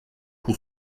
pour